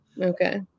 okay